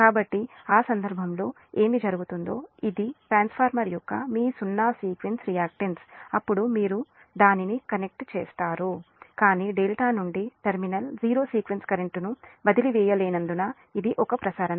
కాబట్టి ఆ సందర్భంలో ఏమి జరుగుతుందో ఇది ట్రాన్స్ఫార్మర్ యొక్క మీ సున్నా సీక్వెన్స్ రియాక్టన్స్ అప్పుడు మీరు దానిని కనెక్ట్ చేస్తారు కానీ డెల్టా నుండి టెర్మినల్ జీరో సీక్వెన్స్ కరెంట్ను వదిలివేయలేనందున ఇది ఒక ప్రసరణ